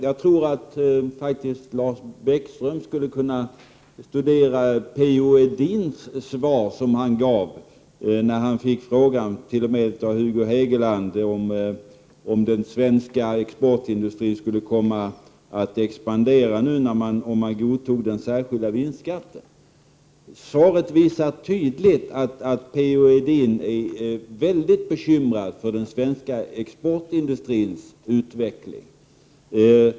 Jag tror faktiskt att Lars Bäckström skulle kunna studera det svar som P-O Edin gav då han fick frågan av Hugo Hegeland om den svenska exportindustrin skulle komma att expandera om den särskilda vinstskatten godtogs. Svaret visar tydligt att P-O Edin är mycket bekymrad för den svenska exportindustrins utveckling.